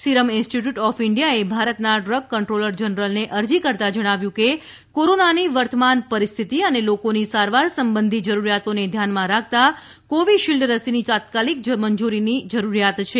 serum Institute of ઇન્ડિયાએ ભારતના drug controller જનરલને અરજી કરતાં જણાવ્યું છે કે કોરોનાની વર્તમાન પરિસ્થિતિ અને લોકોની સારવાર સંબંધી જરૂરિયાતોને ધ્યાનમાં રાખતા કોવિશીલ્ડ રસીની તાત્કાલિક મંજુરીની જરૂરિયાત છે